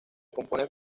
compone